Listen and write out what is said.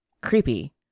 creepy